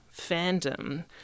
fandom